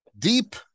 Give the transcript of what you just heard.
Deep